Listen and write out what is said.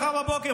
מחר בבוקר,